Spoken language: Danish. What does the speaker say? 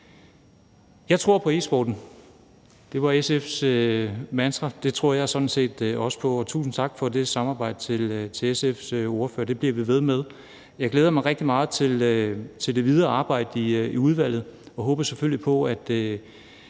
Jeg tror på e-sporten. Det var SF's mantra, og det tror jeg sådan set også på, og tusind tak for det samarbejde til SF's ordfører, og det bliver vi ved med. Jeg glæder mig rigtig meget til det videre arbejde i udvalget, og jeg håber selvfølgelig på, at